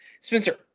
Spencer